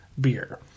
beer